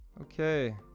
Okay